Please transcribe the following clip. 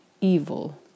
evil